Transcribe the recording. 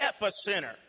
epicenter